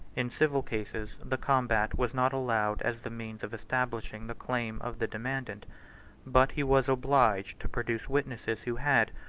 in civil cases, the combat was not allowed as the means of establishing the claim of the demandant but he was obliged to produce witnesses who had,